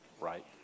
Right